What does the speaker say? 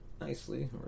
nicely